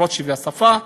בשפה,